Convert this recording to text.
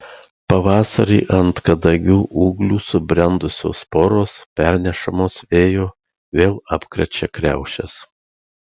pavasarį ant kadagių ūglių subrendusios sporos pernešamos vėjo vėl apkrečia kriaušes